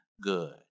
good